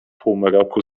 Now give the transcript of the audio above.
półmroku